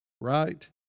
right